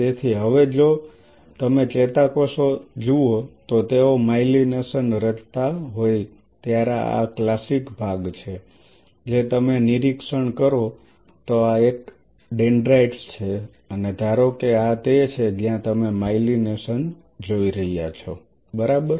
તેથી હવે જો તમે ચેતાકોષો જુઓ તો તેઓ માયલિનેશન રચતા હોય ત્યારે આ ક્લાસિક ભાગ છે જે તમે નિરીક્ષણ કરો તો આ ડેંડ્રાઇટ્સ છે અને ધારો કે આ તે છે જ્યાં તમે માયલિનેશન જોઈ રહ્યા છો બરાબર